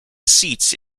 seats